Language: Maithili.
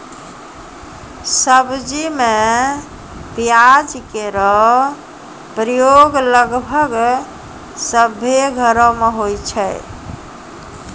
सब्जी में प्याज केरो प्रयोग लगभग सभ्भे घरो म होय छै